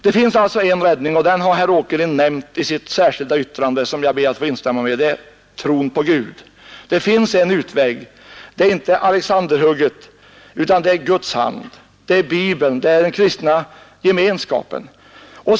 Det finns alltså en räddning, och den nämner herr Åkerlind i sitt särskilda yttrande, som jag ber att få instämma i. Det är tron på Gud. Det finns en utväg. Det är inte Alexanderhugget utan Guds hand. Det är Bibeln, det är den kristna gemenskapen.